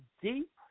Deep